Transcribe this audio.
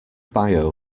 bio